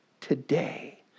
today